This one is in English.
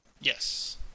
yes